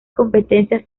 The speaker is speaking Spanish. competencias